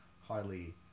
hardly